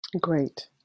Great